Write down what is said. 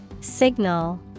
Signal